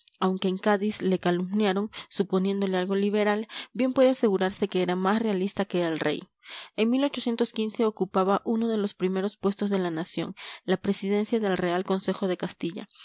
aunque en cádiz le calumniaron suponiéndole algo liberal bien puede asegurarse que era más realista que el rey en ocupaba uno de los primeros puestos de la nación la presidencia del real consejo de castilla